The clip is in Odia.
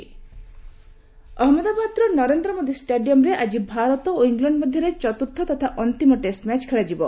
କ୍ରିକେଟ ଅହନ୍ମଦାବାଦ୍ର ନରେନ୍ଦ୍ର ମୋଦୀ ଷ୍ଟାଡିୟମରେ ଆକ୍ଟି ଭାରତ ଏବଂ ଇଂଲଣ୍ଡ ମଧ୍ୟରେ ଚତ୍ର୍ଥ ତଥା ଅନ୍ତିମ ଟେଷ୍ଟ ମ୍ୟାଚ ଖେଳାଯିବ